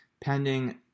Pending